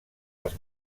els